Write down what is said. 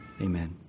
amen